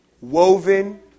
woven